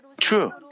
true